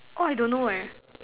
orh I don't know eh